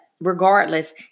regardless